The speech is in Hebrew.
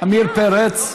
עמיר פרץ,